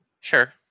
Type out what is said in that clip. Sure